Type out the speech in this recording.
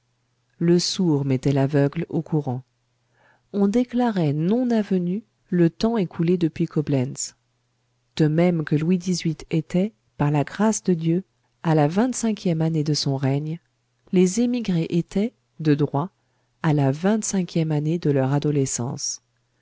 le sourd mettait l'aveugle au courant on déclarait non avenu le temps écoulé depuis coblentz de même que louis xviii était par la grâce de dieu à la vingt-cinquième année de son règne les émigrés étaient de droit à la vingt-cinquième année de leur adolescence